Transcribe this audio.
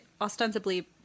ostensibly